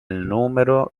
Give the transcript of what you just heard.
número